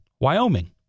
Wyoming